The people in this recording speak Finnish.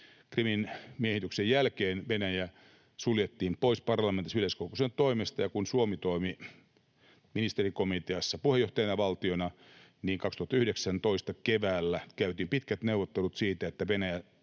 Krimin miehityksen jälkeen Venäjä suljettiin pois parlamentaarisen yleiskokouksen toiminnasta. Kun Suomi toimi ministerikomiteassa puheenjohtajavaltiona, niin 2019 keväällä käytiin pitkät neuvottelut. Venäjä